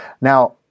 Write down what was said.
now